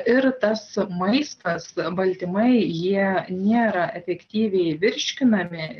ir tas maistas baltymai jie nėra efektyviai virškinami